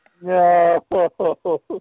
No